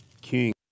king